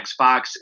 xbox